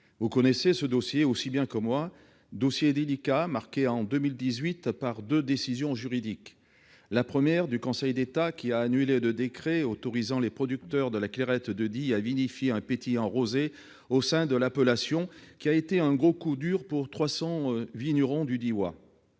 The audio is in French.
Vous connaissez ce dossier aussi bien que moi, dossier délicat marqué en 2018 par deux décisions juridiques. La première du Conseil d'État, qui a annulé le décret autorisant les producteurs de la Clairette de Die à vinifier un pétillant rosé au sein de l'appellation, qui a été un gros coup dur pour 300 vignerons du Diois